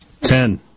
Ten